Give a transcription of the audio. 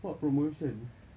what promotion